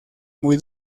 muy